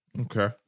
Okay